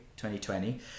2020